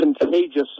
contagious